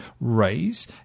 raise